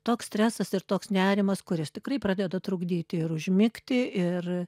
toks stresas ir toks nerimas kuris tikrai pradeda trukdyti ir užmigti ir